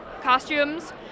costumes